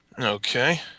Okay